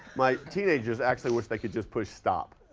my teenagers actually wish they could just push stop,